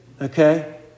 okay